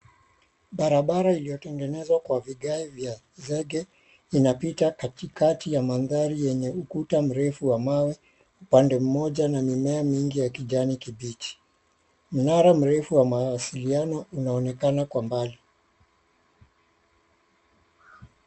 Barabara iliyotengenezwa kwa vigai vya zege inapita katikati ya mandhari yenye ukuta mrefu wa mawe, upande mmoja 𝑛a mimea mingi ya kijani kibichi. Mnara mrefu wa mawasiliano unaonekana kwa mbali.